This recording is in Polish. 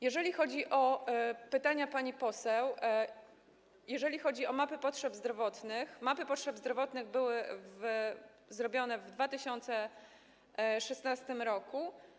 Jeżeli chodzi o pytania pani poseł, jeżeli chodzi o mapy potrzeb zdrowotnych, to mapy potrzeb zdrowotnych były zrobione w 2016 r.